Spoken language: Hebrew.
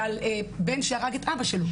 ועל בן שהרג את אבא שלו.